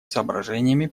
соображениями